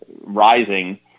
rising